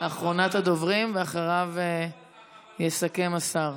אחרונת הדוברים, ואחריה יסכם השר.